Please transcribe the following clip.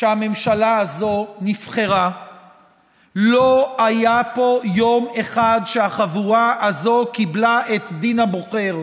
שהממשלה הזו נבחרה לא היה פה יום אחד שהחבורה הזאת קיבלה את דין הבוחר,